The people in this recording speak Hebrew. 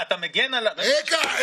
שנכנסנו לתוכה,